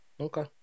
Okay